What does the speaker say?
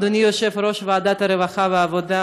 אדוני יושב-ראש ועדת הרווחה והעבודה,